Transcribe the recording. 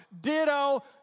Ditto